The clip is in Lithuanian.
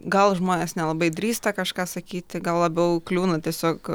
gal žmonės nelabai drįsta kažką sakyti gal labiau kliūna tiesiog